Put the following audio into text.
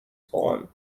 poem